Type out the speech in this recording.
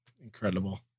incredible